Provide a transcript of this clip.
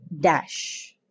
Dash